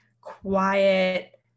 quiet